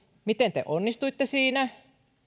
miten te onnistuitte siinä